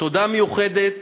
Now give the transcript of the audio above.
תודה מיוחדת